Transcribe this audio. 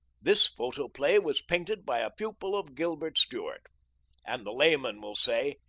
this photoplay was painted by a pupil of gilbert stuart and the layman will say,